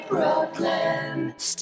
Brooklyn